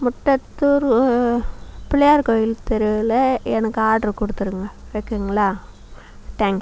முட்டத்தூரு பிள்ளையார் கோயில் தெருவில் எனக்கு ஆட்ரு கொடுத்துருங்கள் இருக்குங்களா தேங்க்ஸ்